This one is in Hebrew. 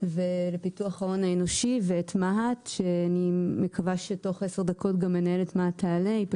לפיתוח ההון האנושי ואת מה"ט שאני מקווה שגם מנהלת מה"ט תעלה בהמשך,